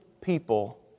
people